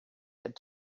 had